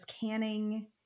canning